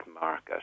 market